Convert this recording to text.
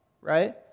right